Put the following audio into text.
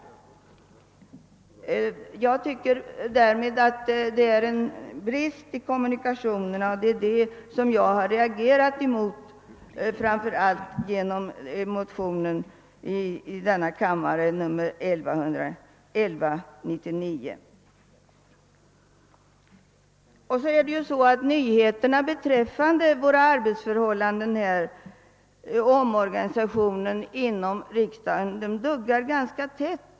Jag tycker detta är en brist i kommunikationerna, och det är det jag har reagerat mot framför allt i motionen II: 1199. Nyheterna duggar tätt när det gäller omorganisationen inom riksdagen.